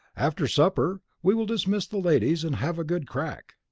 after supper we will dismiss the ladies and have a good crack.